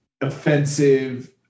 offensive